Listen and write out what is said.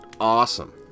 awesome